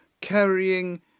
carrying